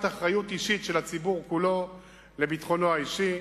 אחריות אישית של הציבור כולו לביטחונו האישי,